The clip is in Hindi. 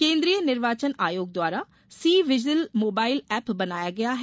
केन्द्रीय निर्वाचन आयोग द्वारा सी विजिल मोबाइल एप्प बनाया गया है